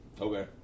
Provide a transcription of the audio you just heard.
Okay